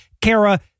Kara